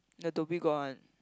the Dhoby-Ghaut one